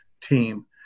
team